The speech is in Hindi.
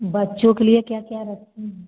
बच्चों के लिए क्या क्या रखी हैं